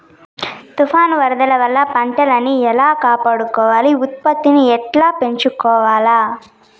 తుఫాను, వరదల వల్ల పంటలని ఎలా కాపాడుకోవాలి, ఉత్పత్తిని ఎట్లా పెంచుకోవాల?